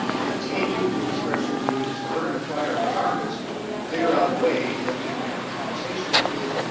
continue to express your views. we're going to try our darndest to figure out a way that we can have a conversation with you,